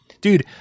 Dude